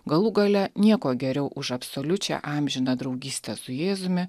galų gale nieko geriau už absoliučią amžiną draugystę su jėzumi